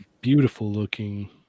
beautiful-looking